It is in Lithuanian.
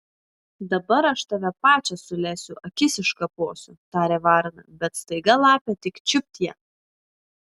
dabar aš tave pačią sulesiu akis iškaposiu tarė varna bet staiga lapė tik čiupt ją